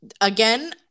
again